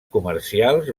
comercials